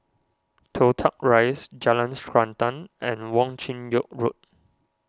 Toh Tuck Rise Jalan Srantan and Wong Chin Yoke Road